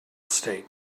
state